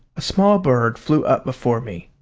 a small bird flew before me.